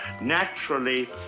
Naturally